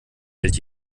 hält